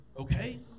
okay